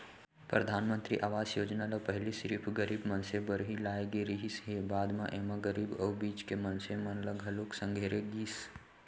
परधानमंतरी आवास योजना ल पहिली सिरिफ गरीब मनसे बर ही लाए गे रिहिस हे, बाद म एमा गरीब अउ बीच के मनसे मन ल घलोक संघेरे गिस